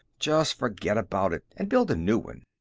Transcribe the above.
just forget about it and build a new one.